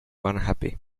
unhappy